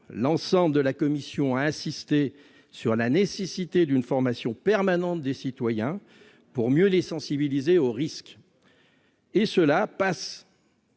L'ensemble de la commission a insisté sur la nécessité d'une formation permanente des citoyens pour mieux les sensibiliser aux risques. Cela passe